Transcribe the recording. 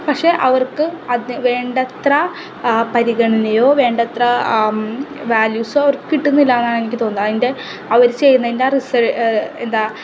പക്ഷേ അവർക്ക് വേണ്ടത്ര പരിഗണനയോ വേണ്ടത്ര വാല്യൂസോ അവർക്ക് കിട്ടുന്നില്ല എന്നാണ് എനിക്ക് തോന്നുന്നത് അതിൻ്റെ അവർ ചെയ്യുന്നതിൻ്റെ എന്താ